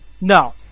No